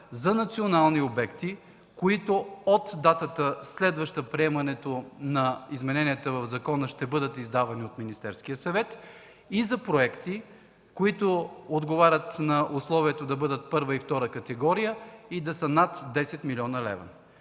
за национални обекти, които от датата, следваща приемането на измененията в закона, ще бъдат издавани от Министерския съвет; и за проекти, които отговарят на условията да бъдат първа и втора категория и са над 10 млн. лв.